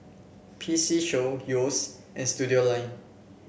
P C Show Yeo's and Studioline